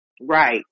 Right